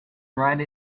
write